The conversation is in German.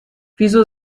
wieso